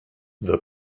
the